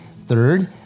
third